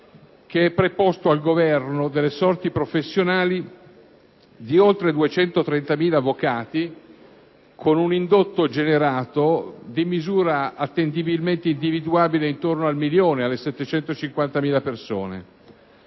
che è preposto al governo delle sorti professionali di oltre 230.000 avvocati, con un indotto generato di misura attendibilmente individuabile intorno al milione, alle 750.000 persone.